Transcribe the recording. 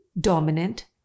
dominant